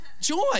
Joy